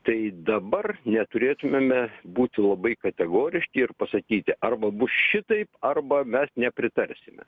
tai dabar neturėtumėme būti labai kategoriški ir pasakyti arba bus šitaip arba mes nepritarsime